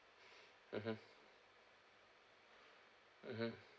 mmhmm mmhmm